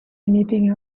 anything